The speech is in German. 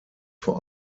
vor